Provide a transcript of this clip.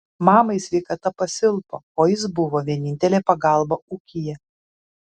mamai sveikata pasilpo o jis buvo vienintelė pagalba ūkyje